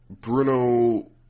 Bruno